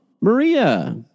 Maria